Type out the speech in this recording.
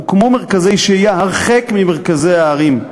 הוקמו מרכזי שהייה הרחק ממרכזי הערים,